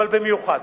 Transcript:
אבל במיוחד,